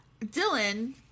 Dylan